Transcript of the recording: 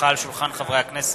הונחו על שולחן הכנסת,